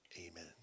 amen